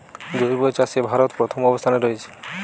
জৈব চাষে ভারত প্রথম অবস্থানে রয়েছে